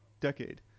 decade